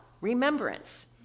Remembrance